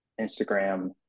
Instagram